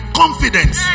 confidence